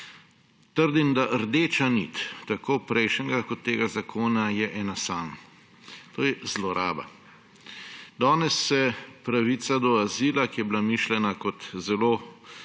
Trdim, da je rdeča nit tako prejšnjega kot tega zakona ena sama, to je zloraba. Danes se pravica do azila, ki je bila mišljena kot zelo